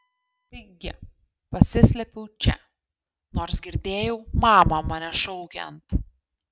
taigi pasislėpiau čia nors girdėjau mamą mane šaukiant